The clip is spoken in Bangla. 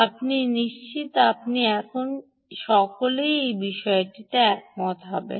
আমি নিশ্চিত আপনি এখন সকলেই এই বিষয়ে একমত হবেন